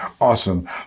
Awesome